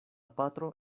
patro